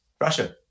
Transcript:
Russia